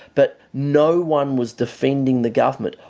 but no one was defending the government.